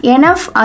Enough